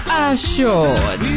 assured